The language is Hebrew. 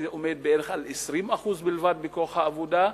שעומד בערך על 20% בלבד בכוח העבודה,